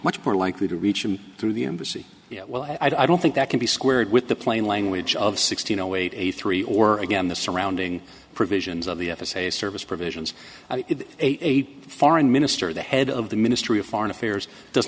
much more likely to reach them through the embassy yeah well i don't think that can be squared with the plain language of sixty no wait eighty three or again the surrounding provisions of the f s a service provisions if a foreign minister the head of the ministry of foreign affairs does